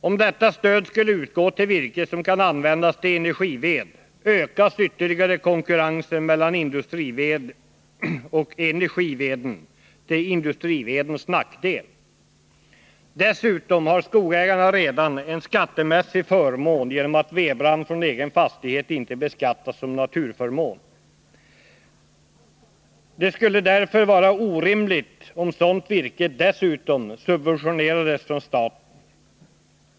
Om detta stöd skulle utgå för virke som kan användas till energived, ökas ytterligare konkurrensen mellan industrived och energived till industrivedens nackdel. Dessutom har skogsägarna redan en skattemässig förmån genom att vedbrand från egen fastighet inte beskattas som naturaförmån. Det skulle därför vara orimligt, om sådant virke dessutom subventionerades av staten.